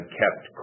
kept